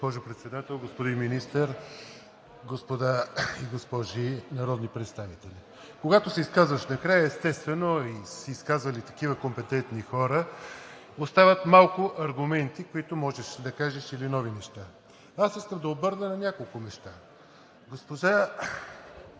Госпожо Председател, господин Министър, госпожи и господа народни представители! Когато се изказваш накрая и, естествено, са се изказали такива компетентни хора, остават малко аргументи, които можеш да кажеш, или нови неща. Аз искам да обърна внимание на няколко неща. Госпожа